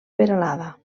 peralada